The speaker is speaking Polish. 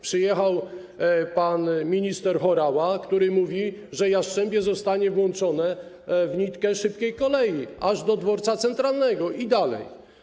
Przyjechał pan minister Horała, który mówił, że Jastrzębie zostanie włączone w nitkę szybkiej kolei, aż do dworca centralnego i dalej.